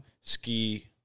ski